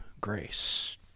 grace